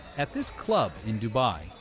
at this club in dubai,